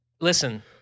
listen